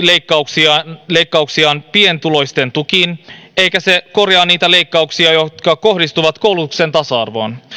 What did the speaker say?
leikkauksiaan leikkauksiaan pienituloisten tukiin eikä korjaa niitä leikkauksia jotka kohdistuvat koulutuksen tasa arvoon